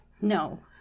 No